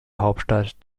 hauptstadt